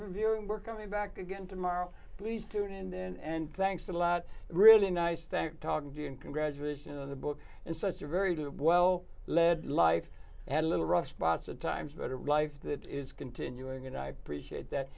revealing we're coming back again tomorrow please tune in then and thanks a lot really nice thank talking to you and congratulations on the book and such a varied of well led life had a little rough spots at times but a life that is continuing and i appreciate that